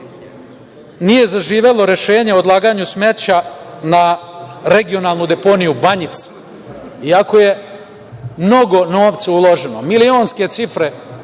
nije zaživelo rešenje o odlaganju smeća na regionalnu deponiju „Banjic“, iako je mnogo novca uloženo, milionske cifre,